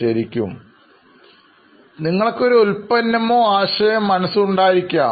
ശരിക്കും നിങ്ങൾക്ക് ഒരു ഉൽപ്പന്നമോ ആശയമോ മനസ്സിൽ ഉണ്ടായിരിക്കാം